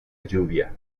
lluvia